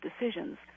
decisions